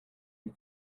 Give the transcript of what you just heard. you